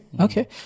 okay